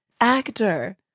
Actor